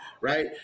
right